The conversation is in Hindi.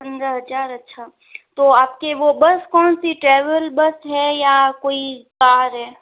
पंद्रह हजार अच्छा तो आपके वो बस कौन सी ट्रेवल बस है या कोई कार है